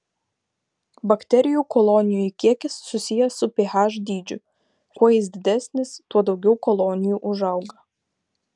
bakterijų kolonijų kiekis susijęs su ph dydžiu kuo jis didesnis tuo daugiau kolonijų užauga